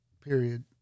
period